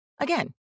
Again